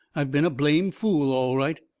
i've been a blamed fool all right.